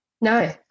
no